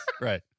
right